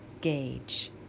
gauge